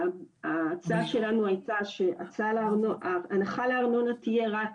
ההצעה שלנו הייתה שהנחה לארנונה תהיה רק